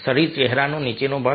શરીર ચહેરાનો નીચેનો ભાગ